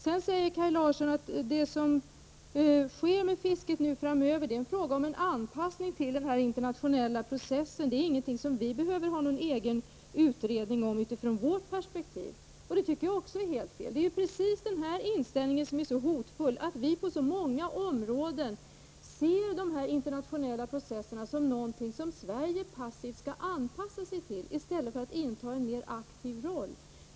Kaj Larsson hävdar att det som skall ske med fisket framöver är en fråga om anpassning till den internationella processen och att det inte är någonting som vi behöver ha en egen utredning om utifrån vårt perspektiv. Det tyckte jag också är helt fel. Den inställningen är hotfull, dvs. att vi på så många områden ser de internationella processerna som något som Sverige passivt skall anpassa sig till i stället för att inta en mer aktiv roll.